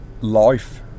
life